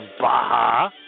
Baja